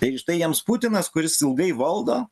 tai štai jiems putinas kuris ilgai valdo